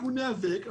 אנחנו ניאבק,